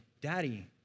Daddy